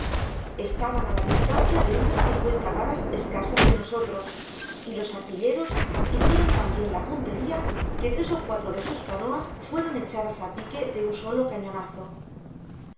estaban á la distancia de unas cincuenta varas escasas de nosotros y los artilleros hicieron tan bien la punteria que tres ó cuatro de sus canoas fueron echadas á pique de un solo cañonazo